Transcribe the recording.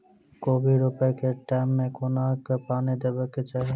कोबी रोपय केँ टायम मे कोना कऽ पानि देबाक चही?